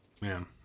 man